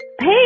Hey